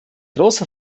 große